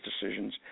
decisions